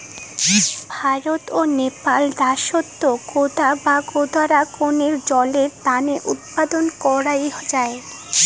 ভারত ও নেপাল দ্যাশত কোদা বা কোদরা কণেক জলের তানে উৎপাদন করাং যাই